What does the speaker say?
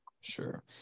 Sure